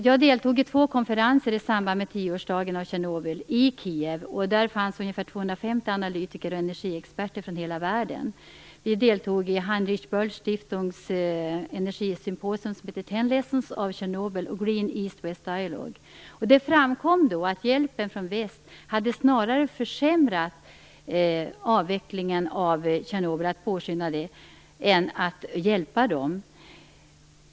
Jag deltog i två konferenser i Kiev i samband med tioårsdagen av Tjernobyl. Där fanns ungefär 250 analytiker och energiexperter från hela världen. Vi deltog i Heinrich Bölls Stiftungs energisymposium som hette 10 lessons of Chernobyl och Green East West Dialouge. Där framkom att hjälpen från väst snarare hade försvårat avvecklingen av Tjernobyl än hjälpt till.